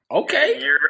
okay